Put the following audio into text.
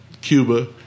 Cuba